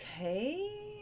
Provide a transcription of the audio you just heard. okay